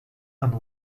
and